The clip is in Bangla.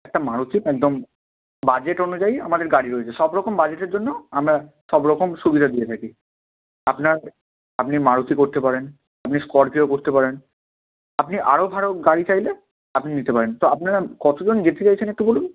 একটা মারুতি একদম বাজেট অনুযায়ী আমাদের গাড়ি রয়েছে সব রকম বাজেটের জন্য আমরা সব রকম সুবিধা দিয়ে থাকি আপনার আপনি মারুতি করতে পারেন আপনি স্করপিও করতে পারেন আপনি আরো ভালো গাড়ি চাইলে আপনি নিতে পারেন তো আপনারা কতজন যেতে চাইছেন একটু বলুন